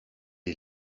est